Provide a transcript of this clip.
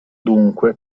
dunque